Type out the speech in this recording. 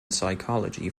psychology